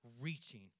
reaching